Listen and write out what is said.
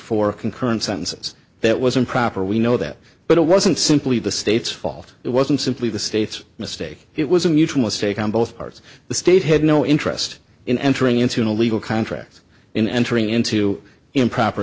for concurrent sentences that was improper we know that but it wasn't simply the state's fault it wasn't simply the state's mistake it was a mutual stake on both parts the state had no interest in entering into a legal contract in entering into improper